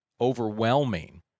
overwhelming